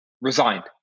resigned